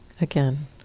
again